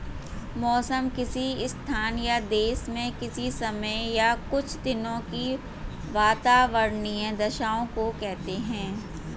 मौसम किसी स्थान या देश में किसी समय या कुछ दिनों की वातावार्नीय दशाओं को कहते हैं